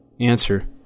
Answer